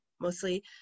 mostly